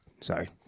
Sorry